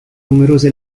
numerose